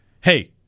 hey